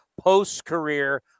post-career